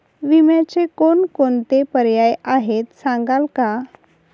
विम्याचे कोणकोणते पर्याय आहेत सांगाल का?